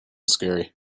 scary